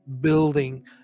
building